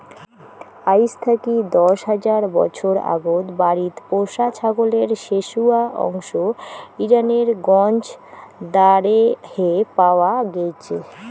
আইজ থাকি দশ হাজার বছর আগত বাড়িত পোষা ছাগলের শেশুয়া অংশ ইরানের গঞ্জ দারেহে পাওয়া গেইচে